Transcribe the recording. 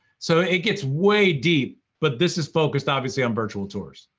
so it gets way deep, but this is focused, obviously, on virtual tours.